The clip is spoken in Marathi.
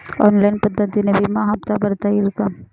ऑनलाईन पद्धतीने विमा हफ्ता भरता येईल का?